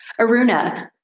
Aruna